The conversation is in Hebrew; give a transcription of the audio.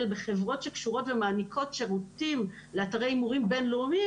בחברות שקשורות ומעניקות שירותים לאתרי הימורים בין-לאומיים,